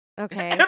Okay